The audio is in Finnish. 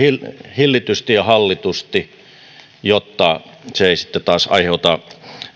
hillitysti ja hallitusti jotta se ei sitten taas aiheuta